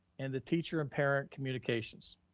and the teacher and parent communications.